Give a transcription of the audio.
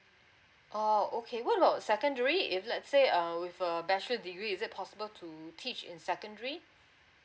oh okay what about secondary if let's say um with a bachelor degree is it possible to teach in secondary